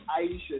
Aisha